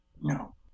no